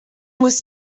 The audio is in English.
was